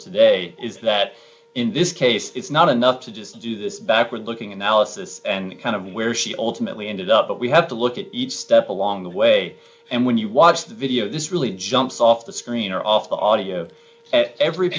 today is that in this case it's not enough to just do this backward looking analysis and kind of where she alternately ended up but we have to look at each step along the way and when you watch the video this really jumps off the screen or off the audio every